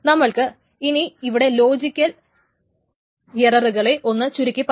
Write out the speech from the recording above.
നമ്മൾക്ക് ഇനി ഇവിടെ ലോജിക്കൽ എററുകളെ ഒന്ന് ചുരുക്കി പറയാം